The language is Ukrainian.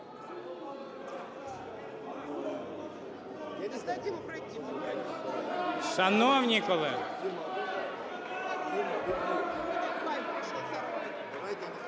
Шановні колеги!